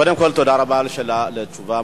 קודם כול, תודה רבה על התשובה המפורטת,